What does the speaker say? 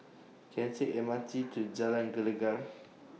Can I Take M R T to Jalan Gelegar